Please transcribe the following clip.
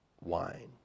wine